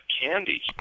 candy